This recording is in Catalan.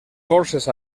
forces